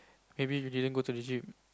maybe you didn't go to the gym